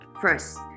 First